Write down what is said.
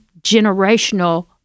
generational